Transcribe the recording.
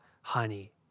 honey